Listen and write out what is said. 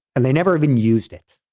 and they never even used it,